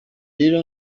rero